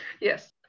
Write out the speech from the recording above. Yes